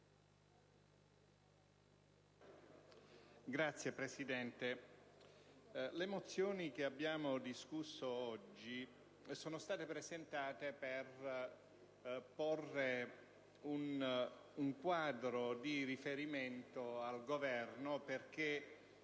le mozioni che abbiamo discusso oggi sono state presentate per porre un quadro di riferimento al Governo affinché